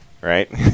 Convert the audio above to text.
right